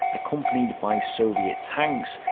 accompanied by soviet tanks,